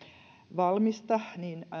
valmista